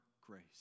grace